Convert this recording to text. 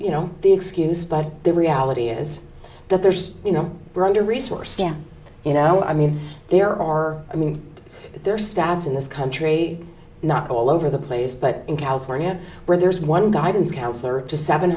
you know the excuse but the reality is that there's you know broader resource yeah you know i mean there are i mean there are stats in this country not all over the place but in california where there's one guidance counselor to seven